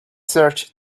search